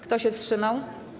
Kto się wstrzymał?